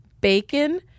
bacon